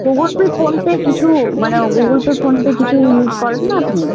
Google Pay PhonePe কিছু মানে ও গুগুল পে ফোন পে কিছু ইউস করেন না আপনি